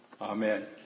Amen